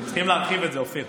צריכים להרחיב את זה, אופיר.